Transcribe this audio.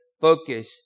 focus